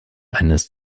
eines